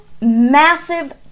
massive